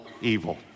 evil